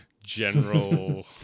general